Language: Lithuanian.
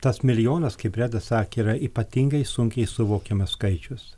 tas milijonas kaip reda sakė yra ypatingai sunkiai suvokiamas skaičius